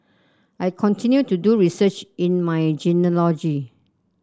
I continue to do research in my genealogy